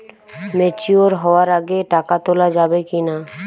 Mature হওয়ার আগে টাকা তোলা যাবে কিনা?